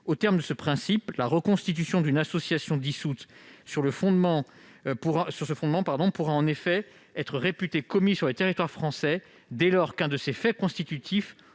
Au terme de ce principe, la reconstitution d'une association dissoute sur ce fondement pourra en effet être réputée commise sur le territoire français, dès lors que l'un des faits constitutifs